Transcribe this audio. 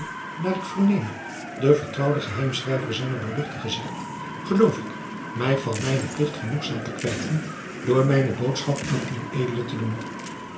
naar ik verneme de vertrouwde geheimschrijver zijner doorl zijt geloof ik mij van mijnen plicht genoegzaam te kwijten door mijne boodschap aan ued te doen